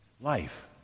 life